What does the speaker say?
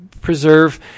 preserve